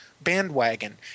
bandwagon